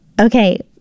Okay